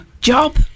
job